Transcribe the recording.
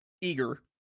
eager